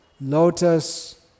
lotus